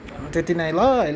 त्यति नै ल